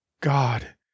god